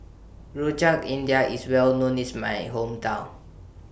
Rojak India IS Well known IS My Hometown